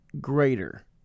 greater